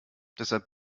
deshalb